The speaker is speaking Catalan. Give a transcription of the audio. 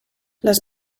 les